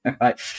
right